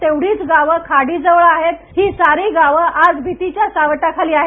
तेवढीच गावं खाडीजवळ आहेत ही सारी गावं आज भितीच्या सावटाखाली आहेत